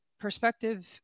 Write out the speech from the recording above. perspective